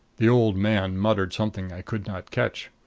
the old man muttered something i could not catch.